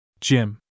Jim